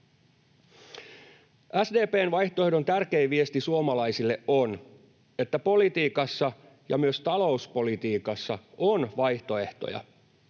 SDP:n vaihtoehdon tärkein viesti suomalaisille on, että politiikassa ja myös talouspolitiikassa on vaihtoehtoja.